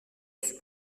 sur